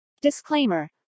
Disclaimer